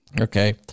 Okay